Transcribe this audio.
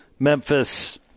Memphis